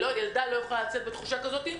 ילדה לא יכולה לצאת בתחושה כזאת,